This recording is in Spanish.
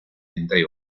entre